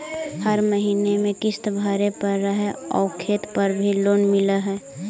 हर महीने में किस्त भरेपरहै आउ खेत पर भी लोन मिल है?